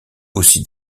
aussi